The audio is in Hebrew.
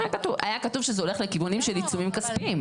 היה כתוב שזה הולך לכיוונים של עיצומים כספיים.